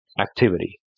activity